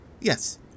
Yes